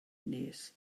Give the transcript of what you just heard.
nes